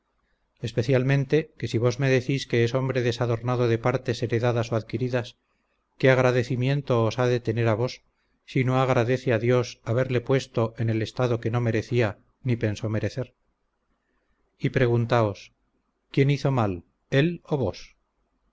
especialmente que si vos me decís que es hombre desadornado de partes heredadas o adquiridas qué agradecimiento os ha de tener a vos si no agradece a dios haberle puesto en el estado que no merecía ni pensó merecer y preguntoos quién hizo mal él o vos